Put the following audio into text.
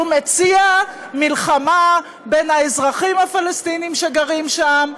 הוא מציע מלחמה בין צבא ההגנה לישראל לבין האזרחים הפלסטינים שגרים שם,